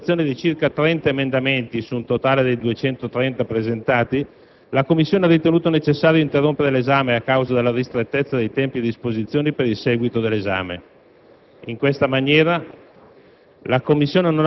A fronte dell'illustrazione di circa 30 emendamenti, su un totale di 230 presentati, la Commissione ha ritenuto necessario interrompere l'esame, a causa della ristrettezza dei tempi a disposizione per il seguito dell'esame. In questa maniera,